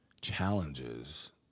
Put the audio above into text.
challenges